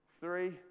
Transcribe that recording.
Three